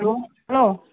hello hello